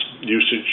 usage